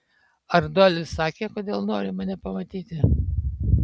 ar doilis sakė kodėl nori mane pamatyti